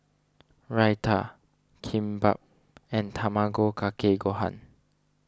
Raita Kimbap and Tamago Kake Gohan